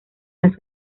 las